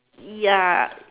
ya